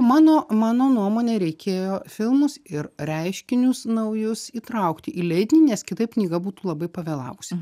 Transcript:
mano mano nuomone reikėjo filmus ir reiškinius naujus įtraukti į leidinį nes kitaip knyga būtų labai pavėlavusi